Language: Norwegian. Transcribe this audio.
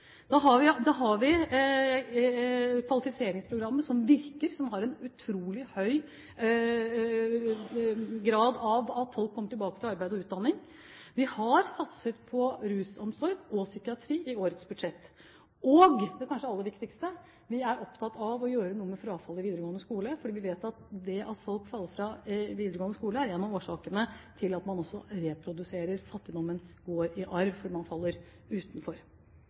Da har vi kvalifiseringsprogrammet, som virker – det har en utrolig høy grad av folk som kommer tilbake til arbeid og utdanning. Vi har satset på rusomsorg og psykiatri i årets budsjett. Og – det kanskje aller viktigste – vi er opptatt av å gjøre noe med frafallet i videregående skole, for vi vet at det at folk faller fra i videregående skole, er én av årsakene til at man også reproduserer fattigdommen, det går i arv fordi man faller utenfor.